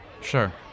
sure